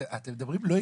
אתם מדברים לא הגיוני,